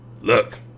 Look